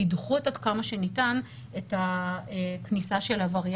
אני לא יכול לומר שאני מאוד שמח לראות אתכם בבוקר יום חמישי,